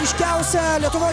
ryškiausia lietuvoje